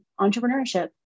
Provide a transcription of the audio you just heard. entrepreneurship